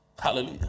hallelujah